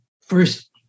first